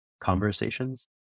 conversations